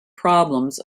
problems